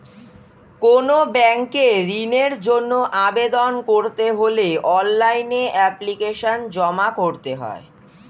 কোনো ব্যাংকে ঋণের জন্য আবেদন করতে হলে অনলাইনে এপ্লিকেশন জমা করতে হয়